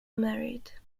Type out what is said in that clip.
married